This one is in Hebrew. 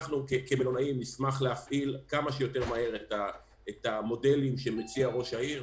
אנחנו כמלונאים נשמח להפעיל כמה שיותר מהר את המודלים שמציע ראש העיר.